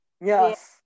Yes